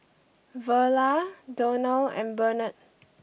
Verla Donal and Bernard